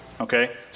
Okay